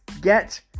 get